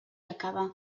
acaba